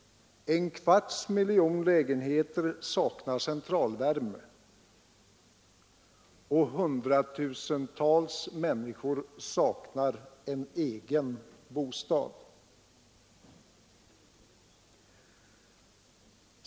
En kvarts miljon lägenheter saknar centralvärme. Hundratusentals människor saknar en egen bostad.